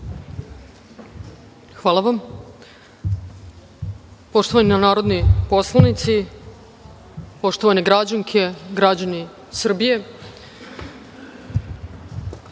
Hvala vam. Poštovani narodni poslanici, poštovane građanke, građani Srbije,